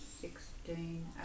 sixteen